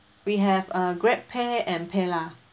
we have uh grabpay and paylah